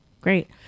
Great